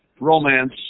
romance